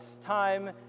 time